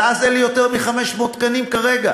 אבל אז אין לי יותר מ-500 תקנים כרגע,